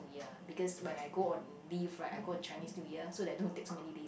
Year because when I go on leave right I go on Chinese New Year so that don't takes so many days